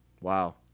wow